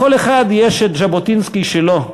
לכל אחד יש את ז'בוטינסקי שלו,